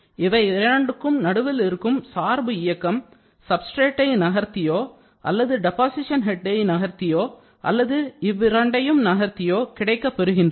இவை இரண்டுக்கும் நடுவில் இருக்கும் சார்பு இயக்கம் சப்ஸ்டிரேட்டை நகர்த்தியோ அல்லது டெப்பாசீஷன் ஹெட்டை நகர்த்தியோ அல்லது இவ்விரண்டையும் நகர்த்தியோ கிடைக்கப் பெறுகின்றது